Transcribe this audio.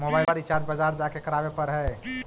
मोबाइलवा रिचार्ज बजार जा के करावे पर है?